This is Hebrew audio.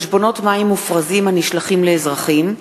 חשבונות מים מופרזים הנשלחים לאזרחים,